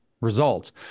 results